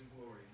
glory